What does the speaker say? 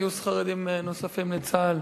גיוס חרדים נוספים לצה"ל,